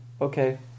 okay